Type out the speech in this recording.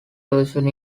version